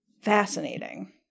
fascinating